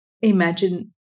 imagine